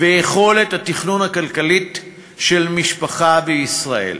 ויכולת התכנון הכלכלי של משפחה בישראל.